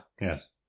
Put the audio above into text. Yes